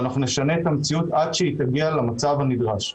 ואנחנו נשנה את המציאות עד שהיא תגיע למצב הנדרש.